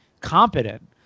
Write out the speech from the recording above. competent